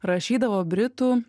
rašydavo britų